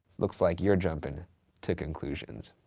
looks like you're jumping to conclusions.